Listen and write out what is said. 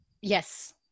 Yes